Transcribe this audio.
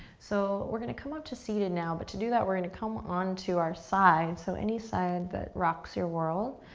so we're gonna come up to seated now, but to do that we're gonna come onto our side so any side that rocks your world.